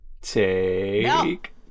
take